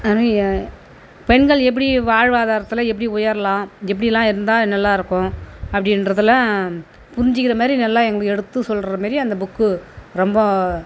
பெண்கள் எப்படி வாழ்வாதாரத்தில் எப்படி உயரலாம் எப்படிலாம் இருந்தால் நல்லாயிருக்கும் அப்படின்றதுலாம் புரிஞ்சுக்கிற மாரி நல்லா எங்களுக்கு எடுத்து சொல்கிற மாரி அந்த புக்கு ரொம்ப